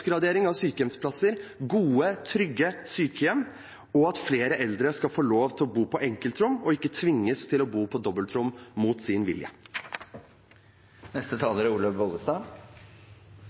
av sykehjemsplasser, gode, trygge sykehjem og at flere eldre skal få lov til å bo på enkeltrom og ikke tvinges til å bo på dobbeltrom mot sin